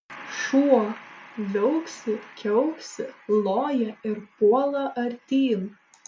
šuo viauksi kiauksi loja ir puola artyn